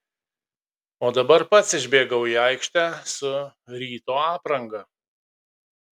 o dabar pats išbėgau į aikštę su ryto apranga